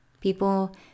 People